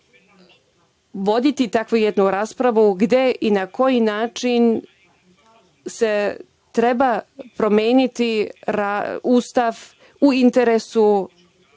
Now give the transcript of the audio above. voditi takvu jednu raspravu, gde i na koji način se treba promeniti Ustav, u interesu